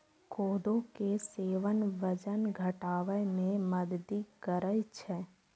कोदो के सेवन वजन घटाबै मे मदति करै छै